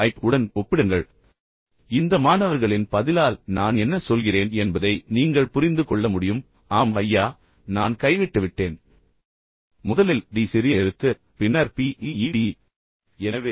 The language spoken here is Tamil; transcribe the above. இப்போது a ஐ b உடன் ஒப்பிடுங்கள் இந்த மாணவர்களின் பதிலால் நான் என்ன சொல்கிறேன் என்பதை நீங்கள் புரிந்து கொள்ள முடியும் ஆம் ஐயா நான் கைவிட்டுவிட்டேன் முதலில் d சிறிய எழுத்து பின்னர் p e e d